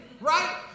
Right